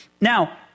Now